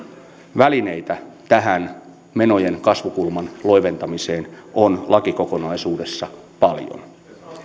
välineitä tähän menojen kasvukulman loiventamiseen on lakikokonaisuudessa paljon